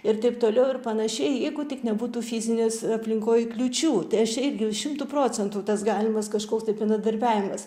ir taip toliau ir panašiai jeigu tik nebūtų fizinės aplinkoj kliūčių tai aš irgi už šimtu procentų tas galimas kažkoks tai bendradarbiavimas